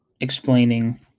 explaining